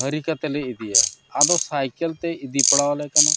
ᱵᱷᱟᱹᱨᱤ ᱠᱟᱛᱮᱫ ᱞᱮ ᱤᱫᱤᱭᱟ ᱟᱫᱚ ᱛᱮ ᱤᱫᱤ ᱯᱟᱲᱟᱣᱟᱞᱮ ᱠᱟᱱᱟ